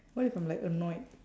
what if I'm like annoyed